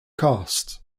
cost